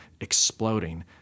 exploding